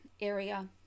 area